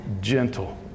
gentle